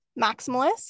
Maximalist